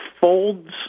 folds